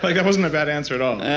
like that wasn't a bad answer at all